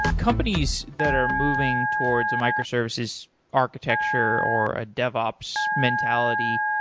companies that are moving towards a microservices architecture or a devops mentality,